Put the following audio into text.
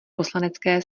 poslanecké